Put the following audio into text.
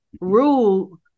rule